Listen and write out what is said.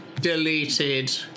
deleted